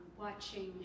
watching